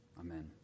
Amen